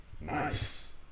Nice